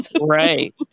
Right